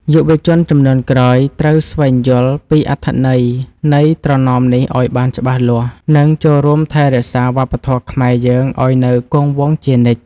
យុវជនជំនាន់ក្រោយត្រូវស្វែងយល់ពីអត្ថន័យនៃត្រណមនេះឱ្យបានច្បាស់លាស់ និង ចូលរួមថែរក្សាវប្បធម៌ខ្មែរយើងឱ្យនៅគង់វង្សជានិច្ច។